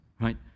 right